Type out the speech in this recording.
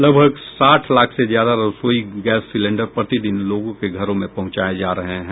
लगभग साठ लाख से ज्यादा रसोई गैस सिलेन्डर प्रतिदिन लोगों के घरों में पहुंचाये जा रहे है